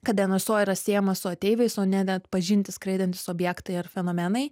kad nso yra siejama su ateiviais o ne neatpažinti skraidantys objektai ar fenomenai